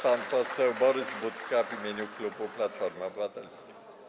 Pan poseł Borys Budka w imieniu klubu Platforma Obywatelska.